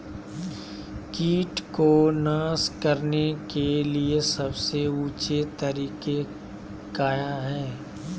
किट को नास करने के लिए सबसे ऊंचे तरीका काया है?